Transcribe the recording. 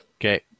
Okay